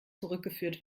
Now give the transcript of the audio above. zurückgeführt